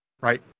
right